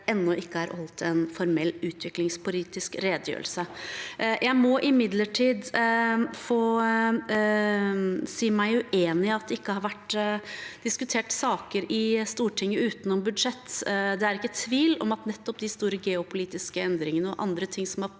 ennå ikke er holdt en formell utviklingspolitisk redegjørelse. Jeg må imidlertid få si meg uenig i at det ikke har vært diskutert saker i Stortinget utenom budsjett. Det er ikke tvil om at nettopp de store geopolitiske endringene og andre ting som har